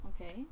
Okay